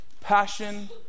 Passion